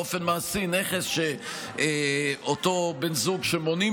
שבאופן מעשי הוא נכס שאותו בן זוג שמונעים